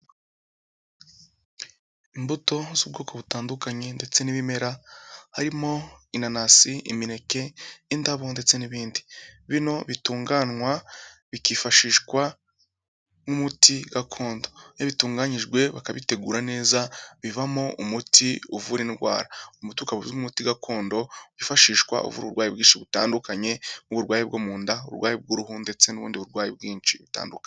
Imbuto z'ubwoko butandukanye ndetse n'ibimera, harimo inanasi, imineke, indabo, ndetse n'ibindi. Bino bitunganywa bikifashishwa nk'umuti gakondo. Iyo bitunganyijwe bakabitegura neza, bivamo umuti uvura indwara. Umuti ukaba uza nk'umuti gakondo, wifashishwa uvura uburwayi bwinshi butandukanye, nk'uburwayi bwo mu nda, uburwayi bw'uruhu, ndetse n'ubundi burwayi bwinshi butandukanye.